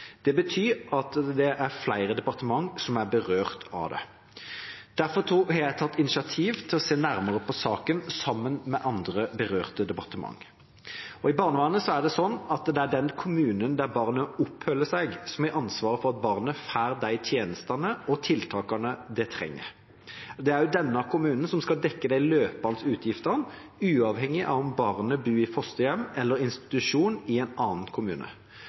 Det betyr at det er flere departement som er berørt av det. Derfor har jeg tatt initiativ til å se nærmere på saken sammen med andre berørte departement. I barnevernet er det sånn at det er den kommunen der barnet oppholder seg, som har ansvaret for at barnet får de tjenestene og tiltakene det trenger. Det er også denne kommunen som skal dekke de løpende utgiftene, uavhengig av om barnet bor i fosterhjem eller institusjon i en annen kommune.